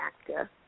actor